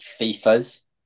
FIFA's